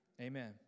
Amen